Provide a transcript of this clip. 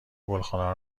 گلخانهای